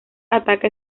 ataca